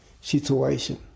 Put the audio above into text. situation